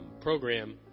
program